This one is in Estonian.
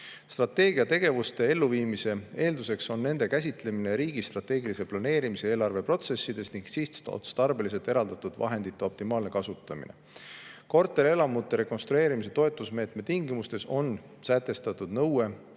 Strateegia tegevuste elluviimise eelduseks on nende käsitlemine riigi strateegilise planeerimise eelarveprotsessides ning sihtotstarbeliselt eraldatud vahendite optimaalne kasutamine. Korterelamute rekonstrueerimise toetusmeetme tingimustes on sätestatud nõue, mille